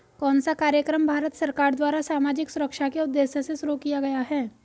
कौन सा कार्यक्रम भारत सरकार द्वारा सामाजिक सुरक्षा के उद्देश्य से शुरू किया गया है?